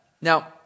Now